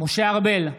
משה ארבל,